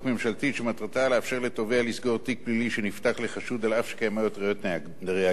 שמטרתה לאפשר לתובע לסגור תיק פלילי שנפתח לחשוד אף שקיימות ראיות נגדו,